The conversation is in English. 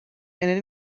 and